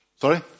Sorry